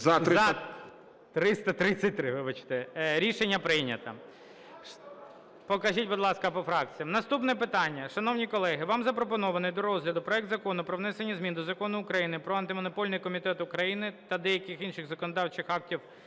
ГОЛОВУЮЧИЙ. Рішення прийнято. Покажіть, будь ласка, по фракціях. Наступне питання. Шановні колеги, вам запропонований до розгляду проект Закону про внесення змін до Закону України "Про Антимонопольний комітет України" та деяких інших законодавчих актів